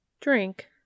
Drink